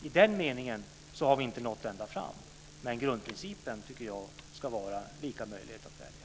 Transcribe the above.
I den meningen har vi inte nått ända fram, men jag tycker att grundprincipen ska vara lika möjligheter att välja.